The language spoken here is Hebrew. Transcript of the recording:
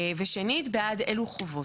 ושנית, בעד אילו חובות.